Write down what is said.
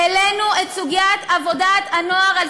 העלינו את סוגיית עבודת הנוער על